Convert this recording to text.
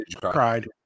cried